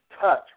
touch